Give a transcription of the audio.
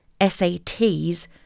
SATs